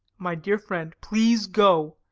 my dear friend, please go,